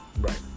Right